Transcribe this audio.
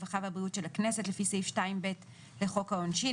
הרווחה והבריאות של הכנסת לפי סעיף 2(ב) לחוק העונשין,